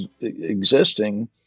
existing